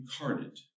incarnate